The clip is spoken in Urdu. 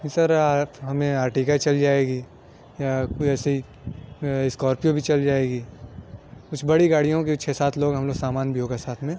سر آپ ہمیں ارٹیگا چل جائے گی یا کوئی ایسے ہی اسکارپیو بھی چل جائے گی کچھ بڑی گاڑیوں کے چھ سات لوگ ہم لوگ سامان بھی ہوگا ساتھ میں